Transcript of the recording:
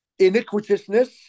iniquitousness